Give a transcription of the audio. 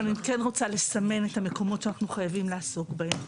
אני רק רוצה לסמן את המקומות שאנחנו חייבים לעסוק בהם.